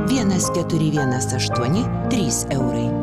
vienas keturi vienas aštuoni trys eurai